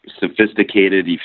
sophisticated